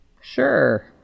Sure